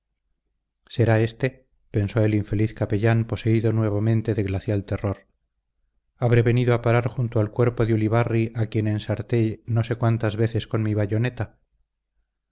será éste pensó el infeliz capellán poseído nuevamente de glacial terror habré venido a parar junto al cuerpo de ulibarri a quien ensarté no sé cuántas veces con mi bayoneta